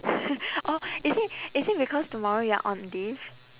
or is it is it because tomorrow you're on leave